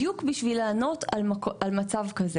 בדיוק בשביל לענות על מצב כזה.